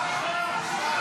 בושה.